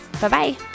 Bye-bye